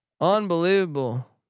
unbelievable